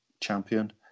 champion